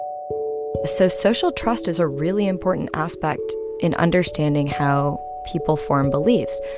so social trust is a really important aspect in understanding how people form beliefs.